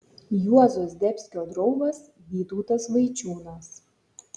juozo zdebskio draugas vytautas vaičiūnas